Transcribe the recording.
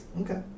Okay